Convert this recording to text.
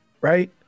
right